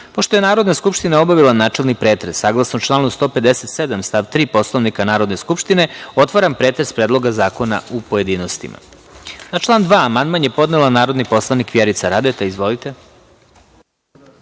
je Narodna skupština obavila načelni pretres, saglasno članu 157. stav 3. Poslovnika Narodne skupštine, otvaram pretres Predloga zakona u pojedinostima. Na član 2. amandman je podnela narodni poslanik Vjerica Radeta. Izvolite.